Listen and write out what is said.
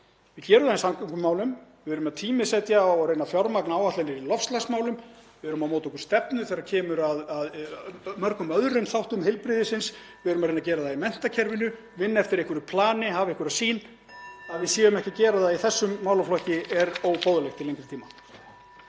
Við gerum það í samgöngumálum. Við erum að tímasetja og reyna að fjármagna áætlanir í loftslagsmálum. Við erum að móta okkur stefnu þegar kemur að mörgum öðrum þáttum heilbrigðisins. (Forseti hringir.) Við erum að reyna að gera það í menntakerfinu, vinna eftir einhverju plani, hafa einhverja sýn. Það að við séum ekki að gera það í þessum málaflokki er óboðlegt til lengri tíma.